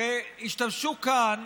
הרי השתמשו כאן